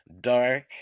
Dark